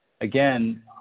Again